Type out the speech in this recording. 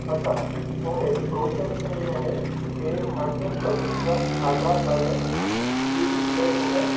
अच्छा okay process में ईंअ आहे की तव्हांखे सभिनि जा आधार काड जी डीटेल मूंखे